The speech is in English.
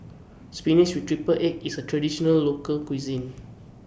Spinach with Triple Egg IS A Traditional Local Cuisine